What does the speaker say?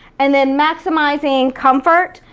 and then maximizing comfort.